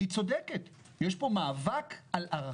והיא צודקת: יש פה מאבק על ערכים.